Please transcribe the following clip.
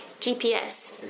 GPS